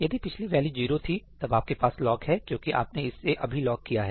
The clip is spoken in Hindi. यदि पिछली वैल्यू जीरो थी तब आपके पास लॉक है क्योंकि आपने इसे अभी लॉक किया है